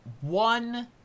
one